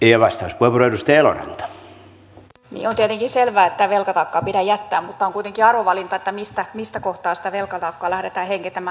niin on tietenkin selvää ettei velkataakkaa pidä jättää mutta on kuitenkin arvovalinta mistä kohtaa sitä velkataakkaa lähdetään heikentämään